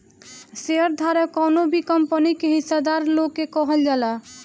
share धारक कवनो भी कंपनी के हिस्सादार लोग के कहल जाला